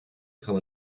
kann